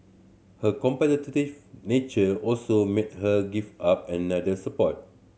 her competitive nature also made her give up another sport